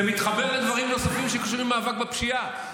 זה מתחבר לדברים נוספים, שקשורים למאבק בפשיעה.